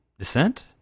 Descent